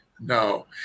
no